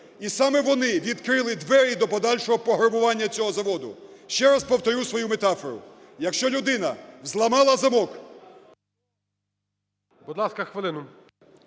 і саме вони відкрили двері до подальшого пограбування цього заводу. Ще раз повторю свою метафору. Якщо людина взломала замок… ГОЛОВУЮЧИЙ. Будь ласка, хвилину.